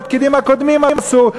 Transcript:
שהפקידים הקודמים עשו,